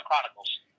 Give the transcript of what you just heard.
Chronicles